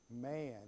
man